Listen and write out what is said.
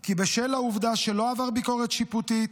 כי בשל העובדה שלא עבר ביקורת שיפוטית,